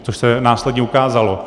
Což se následně ukázalo.